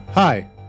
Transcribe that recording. Hi